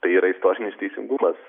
tai yra istorinis teisingumas